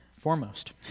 foremost